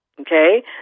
Okay